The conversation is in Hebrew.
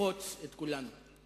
למחוץ את כולנו.